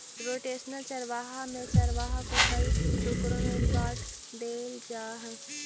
rotational चारागाह में चारागाह को कई टुकड़ों में बांट देल जा हई